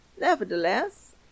Nevertheless